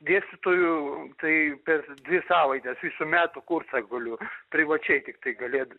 dėstytoju tai per dvi savaites visų metų kursą guliu privačiai tiktai galėt